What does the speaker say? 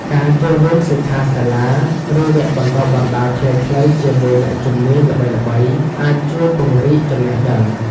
ការចូលរួមសិក្ខាសាលា ឬវគ្គបណ្តុះបណ្តាលខ្លីៗជាមួយអ្នកជំនាញល្បីៗអាចជួយពង្រីកចំណេះដឹង។